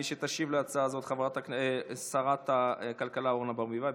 מי שתשיב להצעה היא שרת הכלכלה אורנה ברביבאי.